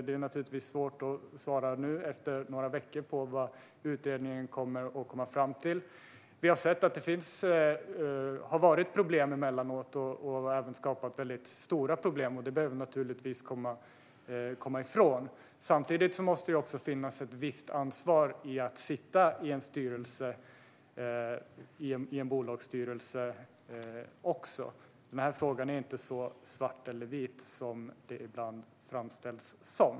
Det är naturligtvis svårt att svara nu, efter några veckor, på vad utredningen kommer att komma fram till. Vi har sett att det har varit problem emellanåt och att det även skapat väldigt stora problem. Det behöver vi naturligtvis komma ifrån. Samtidigt måste det vara ett visst ansvar i att sitta i en bolagsstyrelse. Den här frågan är inte så svart eller vit som den ibland framställs som.